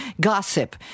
gossip